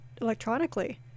electronically